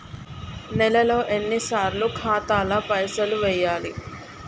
నెలలో ఎన్నిసార్లు ఖాతాల పైసలు వెయ్యాలి?